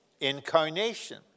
incarnation